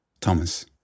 Thomas